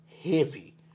heavy